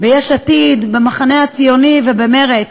ביש עתיד, במחנה הציוני ובמרצ,